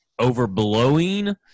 overblowing